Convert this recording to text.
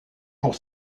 pour